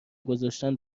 گذاشتن